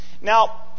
Now